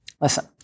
Listen